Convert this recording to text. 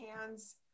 hands